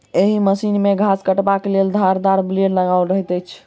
एहि मशीन मे घास काटबाक लेल धारदार ब्लेड लगाओल रहैत छै